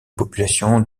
population